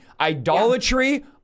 idolatry